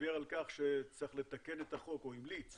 שדיבר על כך שצריך לתקן את החוק או המליץ